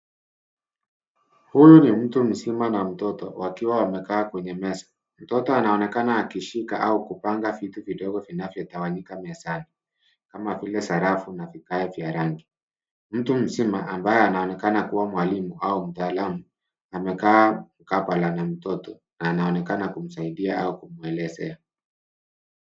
Huyu ni mtu mzima na mtoto wakiwa wamekaa kwenye meza. Mtoto anaonekana akishika au kupanga vitu vidogo vinavyotawanyika mezani kama vile sarafu na vigae vya rangi. Mtu mzima ambaye anaonekana kuwa mwalimu au mtaalamu amekaa mkabala na mtoto na anaonekana kumsaidia au kumwelezea.